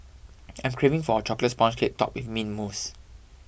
I'm craving for a Chocolate Sponge Cake Topped with Mint Mousse